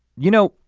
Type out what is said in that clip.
you know,